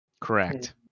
Correct